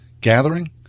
gathering